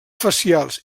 facials